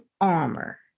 armor